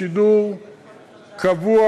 בשידור קבוע,